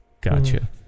Gotcha